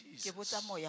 Jesus